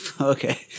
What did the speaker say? okay